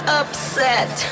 upset